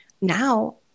now